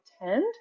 attend